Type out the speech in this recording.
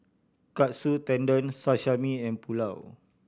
Katsu Tendon Sashimi and Pulao